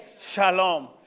shalom